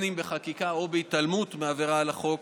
אם בחקיקה ואם בהתעלמות מעבירה על החוק.